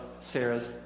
Sarah's